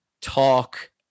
talk